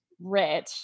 Rich